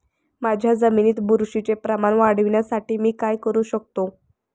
माझ्या जमिनीत बुरशीचे प्रमाण वाढवण्यासाठी मी काय करू शकतो?